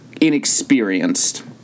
inexperienced